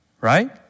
right